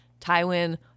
Tywin